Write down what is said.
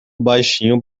baixinho